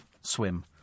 Swim